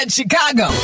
Chicago